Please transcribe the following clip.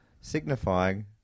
signifying